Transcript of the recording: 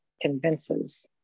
convinces